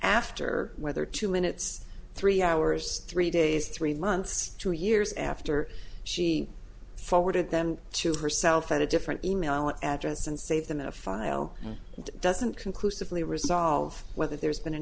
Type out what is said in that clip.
after whether two minutes three hours three days three months two years after she forwarded them to herself at a different email address and save them in a file doesn't conclusively resolve whether there's been an